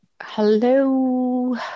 Hello